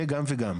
יהיה גם וגם.